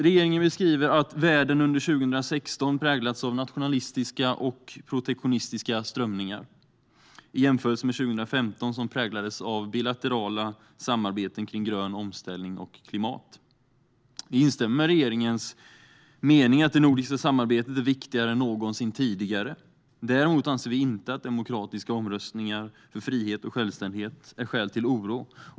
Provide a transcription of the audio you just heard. Regeringen beskriver att världen under 2016 präglats av nationalistiska och protektionistiska strömningar, i jämförelse med 2015 som präglades av bilaterala samarbeten kring grön omställning och klimat. Vi instämmer i regeringens mening att det nordiska samarbetet är viktigare än någonsin tidigare. Däremot anser vi inte att demokratiska omröstningar för frihet och självständighet är skäl till oro.